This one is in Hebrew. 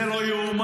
זה לא ייאמן.